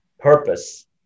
purpose